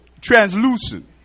translucent